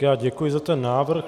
Já děkuji za ten návrh.